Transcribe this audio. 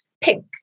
pink